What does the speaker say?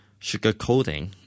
sugarcoating